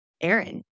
Aaron